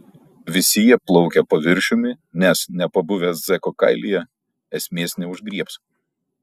visi jie plaukia paviršiumi nes nepabuvę zeko kailyje esmės neužgriebs